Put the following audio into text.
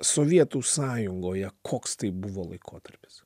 sovietų sąjungoje koks tai buvo laikotarpis